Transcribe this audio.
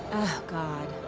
god,